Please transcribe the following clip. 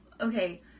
okay